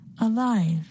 alive